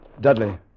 Dudley